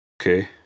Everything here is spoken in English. Okay